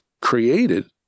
created